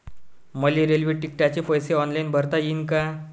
मले रेल्वे तिकिटाचे पैसे ऑनलाईन भरता येईन का?